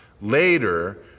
later